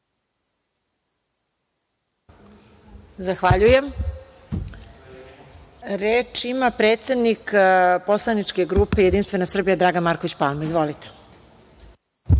Zahvaljujem. Reč ima predsednik poslaničke grupe Jedinstvena Srbija Dragan Marković Palma. Izvolite.